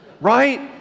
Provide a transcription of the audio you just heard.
right